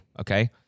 Okay